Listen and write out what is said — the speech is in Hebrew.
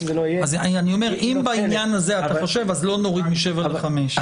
אם בעניין הזה אתה חושב, לא נוריד מ-7 ל-5.